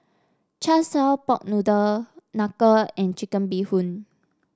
Char Siu pork noodle knuckle and Chicken Bee Hoon